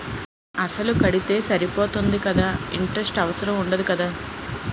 అసలు కడితే సరిపోతుంది కదా ఇంటరెస్ట్ అవసరం ఉండదు కదా?